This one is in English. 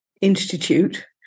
Institute